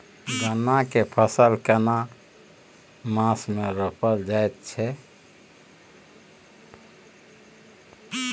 गन्ना के फसल केना मास मे रोपल जायत छै?